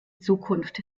zukunft